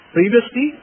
Previously